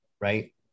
right